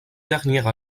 dernières